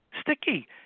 sticky